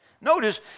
Notice